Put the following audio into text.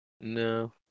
No